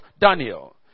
Daniel